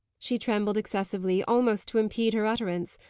she trembled excessively, almost to impede her utterance,